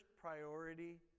priority